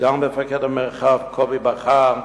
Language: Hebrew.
סגן מפקד המרחב גליל קובי בכר,